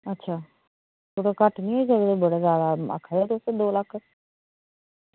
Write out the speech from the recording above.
अच्छा थोह्ड़ा घट्ट निं होई सकदे बड़ा जादा आक्खा दे तुस दो लक्ख